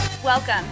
Welcome